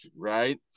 right